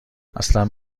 اصلن